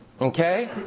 Okay